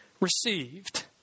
received